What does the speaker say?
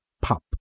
pop